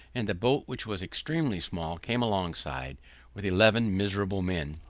and the boat, which was extremely small, came alongside with eleven miserable men,